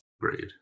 Great